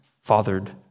fathered